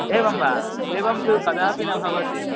एवं वा एवं तु कदापि न भवति